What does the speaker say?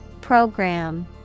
Program